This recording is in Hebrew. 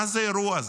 מה זה האירוע הזה?